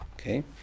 Okay